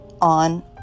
on